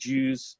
Jews